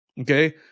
okay